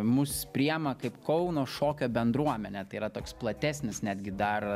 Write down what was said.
mus priema kaip kauno šokio bendruomenę tai yra toks platesnis netgi dar